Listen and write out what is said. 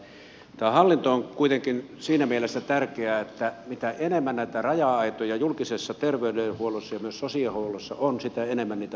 tämä hallinto on kuitenkin siinä mielessä tärkeä että mitä enemmän näitä raja aitoja julkisessa terveydenhuollossa ja myös sosiaalihuollossa on sitä enemmän niitä ongelmia on